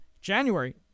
January